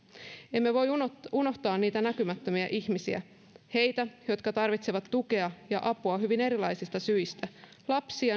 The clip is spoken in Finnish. emme voi unohtaa unohtaa niitä näkymättömiä ihmisiä heitä jotka tarvitsevat tukea ja apua hyvin erilaisista syistä lapsia